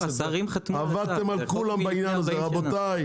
שיקרתם על כולם בעניין הזה רבותיי.